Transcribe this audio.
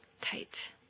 tight